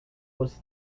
was